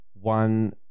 one